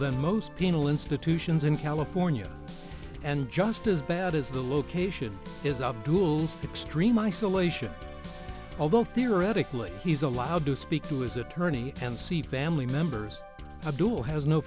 than most penal institutions in california and just as bad as the location is abdul's extreme isolation although theoretically he's allowed to speak to his attorney and see family members abdul has no